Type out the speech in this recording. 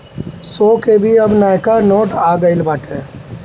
सौ के भी अब नयका नोट आ गईल बाटे